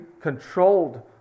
controlled